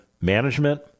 management